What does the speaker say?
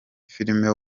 filime